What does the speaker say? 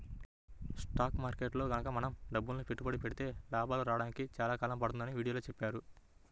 stock మార్కెట్టులో గనక మనం డబ్బులని పెట్టుబడి పెడితే లాభాలు రాడానికి చాలా కాలం పడుతుందని వీడియోలో చెప్పారు